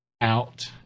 out